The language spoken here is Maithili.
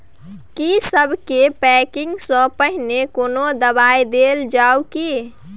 की सबसे के पैकिंग स पहिने कोनो दबाई देल जाव की?